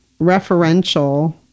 Referential